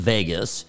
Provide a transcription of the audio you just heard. Vegas